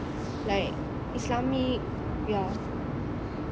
like islamic ya